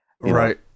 Right